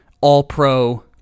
all-pro